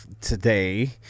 today